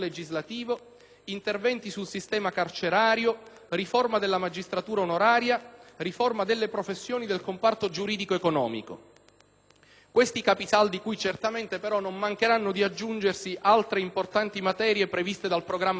interventi sul sistema carcerario, riforma della magistratura onoraria, riforma delle professioni del comparto giuridico-economico. Questi i capisaldi cui certamente non mancheranno di aggiungersi altre importanti materie previste dal programma di Governo.